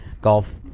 golf